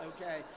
okay